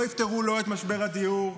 לא יפתרו את משבר הדיור.